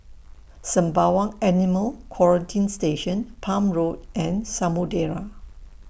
Sembawang Animal Quarantine Station Palm Road and Samudera